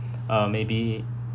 uh maybe